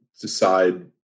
decide